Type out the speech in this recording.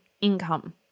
income